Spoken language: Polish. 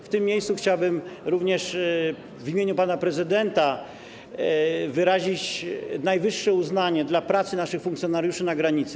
W tym miejscu chciałbym również w imieniu pana prezydenta wyrazić najwyższe uznanie dla pracy naszych funkcjonariuszy na granicy.